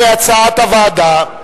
כהצעת הוועדה.